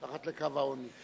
מתחת לקו העוני.